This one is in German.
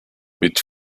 mit